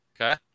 Okay